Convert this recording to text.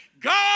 God